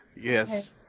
Yes